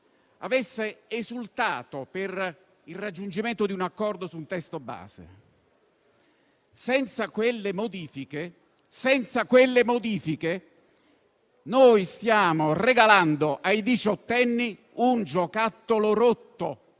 avesse esultato per il raggiungimento di un accordo su un testo base. Senza quelle modifiche, stiamo regalando ai diciottenni un giocattolo rotto,